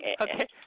Okay